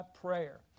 prayer